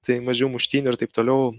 tai mažiau muštynių ir taip toliau